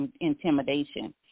intimidation